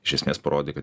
iš esmės parodė kad